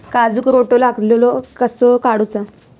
काजूक रोटो लागलेलो कसो काडूचो?